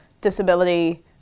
disability